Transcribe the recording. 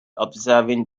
observing